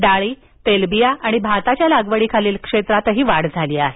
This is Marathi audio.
डाळी तेलबिया आणि भाताच्या लागवडी खालील क्षेत्रात वाढ झाली आहे